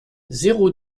zéro